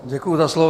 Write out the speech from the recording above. Děkuji za slovo.